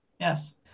Yes